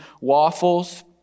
waffles